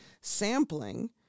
sampling